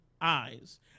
eyes